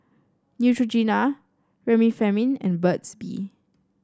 Neutrogena Remifemin and Burt's Bee